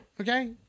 Okay